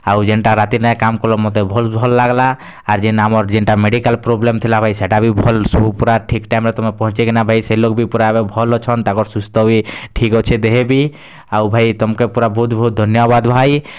ଆଉ ଯେନ୍ଟା ରାତିରେ କାମ୍ କଲେ ମତେ ବହୁତ୍ ଭଲ୍ ଲାଗ୍ଲା ଆର୍ ଜିନ୍ ଆମର୍ ଯେନ୍ତା ମେଡ଼ିକାଲ୍ ପ୍ରୋବ୍ଲେମ୍ ଥିଲା ଭାଇ ସେଟା ଭଲ୍ ସବୁ ପୁରା ଠିକ୍ ଟାଇମ୍ରେ ତୁମେ ପହଞ୍ଚେଇ କିନା ଭାଇ ସେ ଲୋକ୍ ପୁରା ଏବେ ଭଲ୍ ଅଛନ୍ ତାଙ୍କର୍ ସୁସ୍ଥ ବି ଠିକ୍ ଅଛି ଦେହେ ବି ଆଉ ଭାଇ ତମ୍କେ ପୁରା ବହୁତ୍ ବହୁତ୍ ଧନ୍ୟବାଦ ଭାଇ